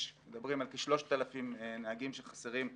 מדברים על כ-3,000 נהגים שחסרים לאוטובוסים.